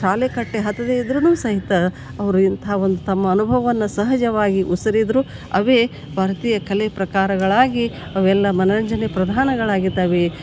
ಶಾಲೆ ಕಟ್ಟಿ ಹತದೆ ಇದ್ರು ಸಹಿತ ಅವರು ಇಂಥ ಒಂದು ತಮ್ಮ ಅನುಭವವನ್ನು ಸಹಜವಾಗಿ ಉಸರಿದ್ರು ಅವೇ ಭಾರತೀಯ ಕಲೆ ಪ್ರಕಾರಗಳಾಗಿ ಅವೆಲ್ಲ ಮನರಂಜನೆ ಪ್ರಧಾನಗಳಾಗಿದ್ದವೆ